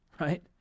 right